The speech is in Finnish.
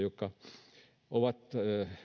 jotka ovat